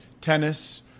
tennis